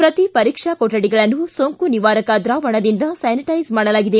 ಪ್ರತಿ ಪರೀಕ್ಷಾ ಕೊಠಡಿಗಳನ್ನು ಸೊಂಕು ನಿವಾರಕ ದ್ರಾವಣದಿಂದ ಸ್ವಾನಿಟ್ಟೆಸ್ ಮಾಡಲಾಗಿದೆ